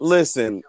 Listen